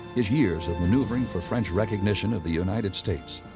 his years of maneuvering for french recognition of the united states,